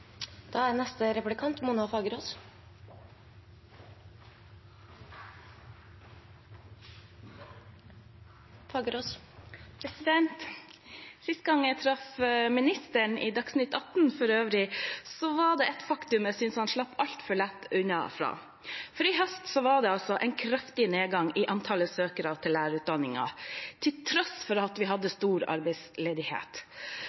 gang jeg traff ministeren, i Dagsnytt 18, for øvrig, var det et faktum jeg synes han slapp altfor lett unna. For i høst var det en kraftig nedgang i antallet søkere til lærerutdanningen, til tross for at vi